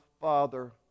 father